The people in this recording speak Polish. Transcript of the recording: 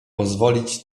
pozwolić